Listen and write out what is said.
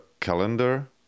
calendar